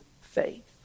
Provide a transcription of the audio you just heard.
faith